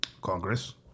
Congress